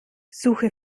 suche